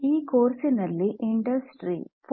ಈ ಕೋರ್ಸ್ ನಲ್ಲಿ ಇಂಡಸ್ಟ್ರಿ 4